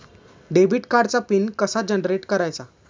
Debit कार्डचा PIN कसा generate करायचा?